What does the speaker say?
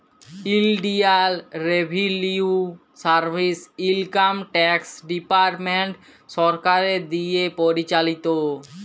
ইলডিয়াল revenue service income tax department সরকারের দিঁয়ে পরিচালিত